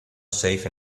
safe